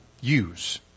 use